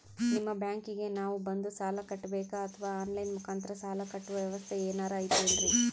ನಿಮ್ಮ ಬ್ಯಾಂಕಿಗೆ ನಾವ ಬಂದು ಸಾಲ ಕಟ್ಟಬೇಕಾ ಅಥವಾ ಆನ್ ಲೈನ್ ಮುಖಾಂತರ ಸಾಲ ಕಟ್ಟುವ ವ್ಯೆವಸ್ಥೆ ಏನಾರ ಐತೇನ್ರಿ?